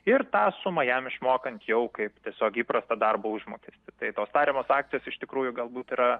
ir tą sumą jam išmokant jau kaip tiesiog įprastą darbo užmokestį tai tos tariamos akcijos iš tikrųjų galbūt yra